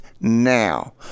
now